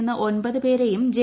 നിന്ന് ഒൻപത് പേരെയും ജെ